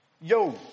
Yo